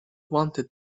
wanted